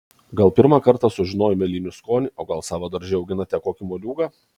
gal pirmą kartą sužinojo mėlynių skonį o gal savo darže auginate kokį moliūgą